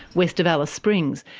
west of alice springs,